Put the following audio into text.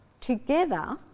Together